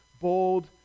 bold